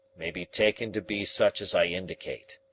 may be taken to be such as i indicate.